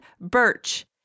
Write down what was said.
Birch